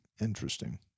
Interesting